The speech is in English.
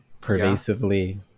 pervasively